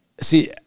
See